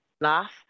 laugh